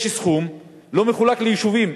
יש סכום, והוא לא מחולק ליישובים.